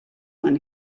when